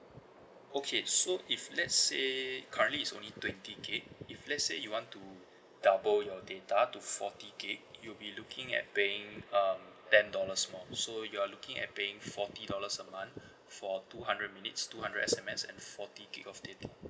okay so if let's say currently is only twenty gig if let's say you want to double your data to forty gig you'll be looking at paying um ten dollars more so you're looking at paying forty dollars a month for two hundred minutes two hundred S_M_S and forty gig of data